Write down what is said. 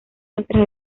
nuestras